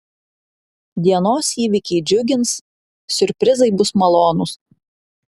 dienos įvykiai džiugins siurprizai bus malonūs